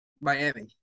Miami